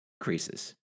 increases